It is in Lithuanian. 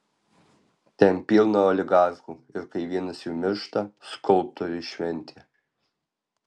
ten pilna oligarchų ir kai vienas jų miršta skulptoriui šventė